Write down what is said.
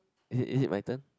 is it is it my turn